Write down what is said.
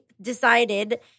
decided